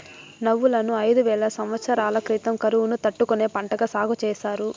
నువ్వులను ఐదు వేల సమత్సరాల క్రితం కరువును తట్టుకునే పంటగా సాగు చేసారు